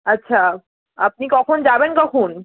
আচ্ছা আপনি কখন যাবেন কখন